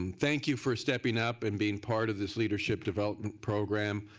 and thank you for stepping up and being part of this leadership development program.